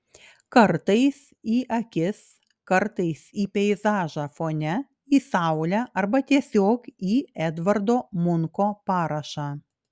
kartais į akis kartais į peizažą fone į saulę arba tiesiog į edvardo munko parašą